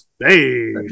Hey